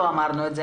לא אמרנו.